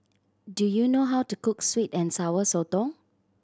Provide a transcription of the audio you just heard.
do you know how to cook sweet and Sour Sotong